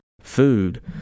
food